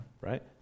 Right